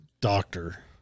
doctor